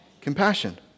Compassion